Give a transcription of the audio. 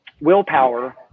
willpower